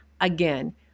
Again